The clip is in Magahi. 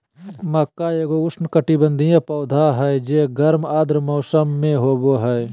मक्का एगो उष्णकटिबंधीय पौधा हइ जे गर्म आर्द्र मौसम में होबा हइ